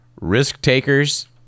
Risk-takers